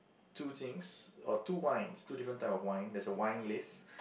two things or two wines two different type of wine there's a wine list